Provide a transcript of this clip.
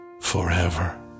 forever